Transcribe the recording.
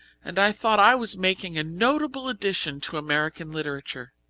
and i thought i was making a notable addition to american literature.